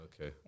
okay